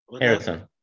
harrison